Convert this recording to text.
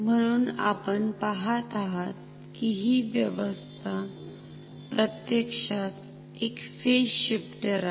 म्हणून आपण पाहत आहात कि हि व्यवस्था प्रत्यक्षात एक फेज शिफ्टर आहे